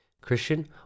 Christian